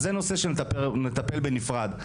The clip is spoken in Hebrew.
אז זה נושא שנטפל בו בנפרד.